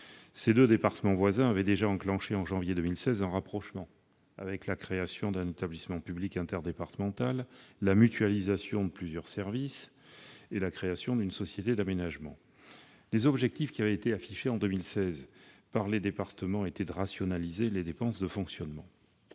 Ces deux départements voisins avaient déjà enclenché, en janvier 2016, un rapprochement, avec la création d'un établissement public interdépartemental, la mutualisation de plusieurs services et la création d'une société d'aménagement. Les objectifs affichés en 2016 par les départements étaient de rationaliser les dépenses de fonctionnement.